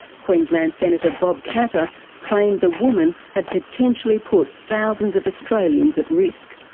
queensland senator bob katter claimed the woman had potentially put thousands of australians at risk.